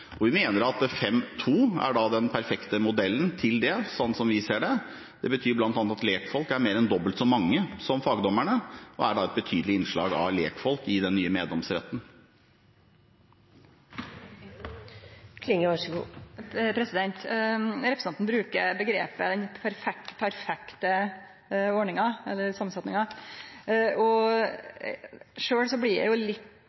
og vi mener at fem pluss to er den perfekte modellen til det, sånn som vi ser det. Det betyr bl.a. at lekfolkene er mer enn dobbelt så mange som fagdommerne, og det er da et betydelig innslag av lekfolk i den nye meddomsretten. Representanten bruker omgrepet den «perfekte» ordninga, eller samansetjinga. Sjølv blir eg litt